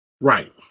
Right